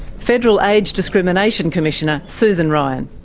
federal age discrimination commissioner susan ryan.